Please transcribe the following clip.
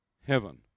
Heaven